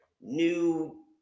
new